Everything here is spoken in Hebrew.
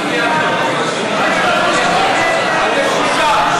חברים, אני ממש מבקשת.